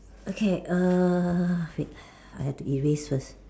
okay err wait I have to erase first